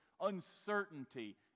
uncertainty